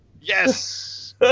Yes